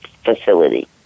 Facility